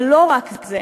אבל לא רק זה.